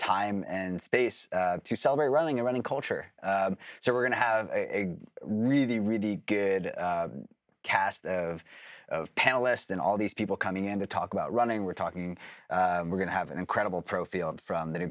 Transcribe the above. time and space to celebrate running around in culture so we're going to have a really really good cast of panelists and all these people coming in to talk about running we're talking we're going to have an incredible pro field from the